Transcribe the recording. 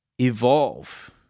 evolve